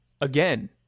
again